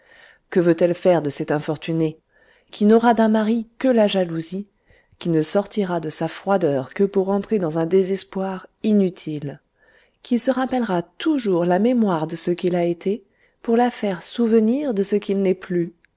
que veut-elle faire de cet infortuné qui n'aura d'un mari que la jalousie qui ne sortira de sa froideur que pour entrer dans un désespoir inutile qui se rappellera toujours la mémoire de ce qu'il a été pour la faire souvenir de ce qu'il n'est plus